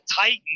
Titan